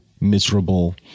miserable